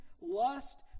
lust